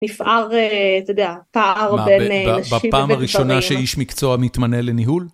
נפער, אתה יודע, פער בין אנשים. מה, בפעם הראשונה שאיש מקצוע מתמנה לניהול?